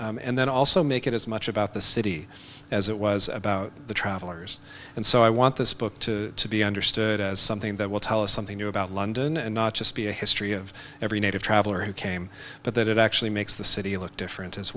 terms and then also make it as much about the city as it was about the travelers and so i want this book to be understood as something that will tell us something new about london and not just be a history of every native traveller who came but that it actually makes the city look different as